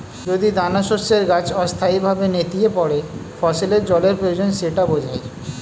যদি দানাশস্যের গাছ অস্থায়ীভাবে নেতিয়ে পড়ে ফসলের জলের প্রয়োজন সেটা বোঝায়